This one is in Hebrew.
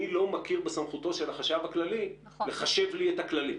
אני לא מכיר בסמכותו של החשב הכללי לחשב לי את הכללים.